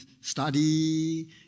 study